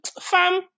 Fam